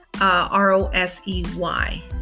r-o-s-e-y